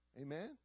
Amen